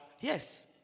Yes